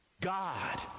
God